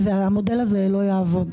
והמודל הזה לא יעבוד.